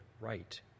right